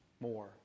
more